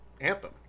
Anthem